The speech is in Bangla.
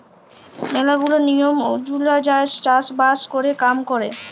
ম্যালা গুলা লিয়ম ওলুজায়ই চাষ বাস ক্যরে কাম ক্যরে